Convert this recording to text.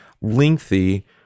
lengthy